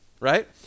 right